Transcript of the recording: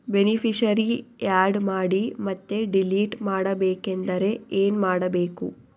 Beneficiary, add ಮಾಡಿ ಮತ್ತೆ delete ಮಾಡಬೇಕೆಂದರೆ ಏನ್ ಮಾಡಬೇಕು?